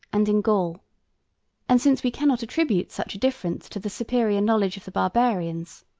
and in gaul and since we cannot attribute such a difference to the superior knowledge of the barbarians,